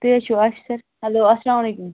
تُہۍ حظ چھُو آفِسر ہٮ۪لو اسلامُ علیکُم